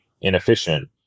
inefficient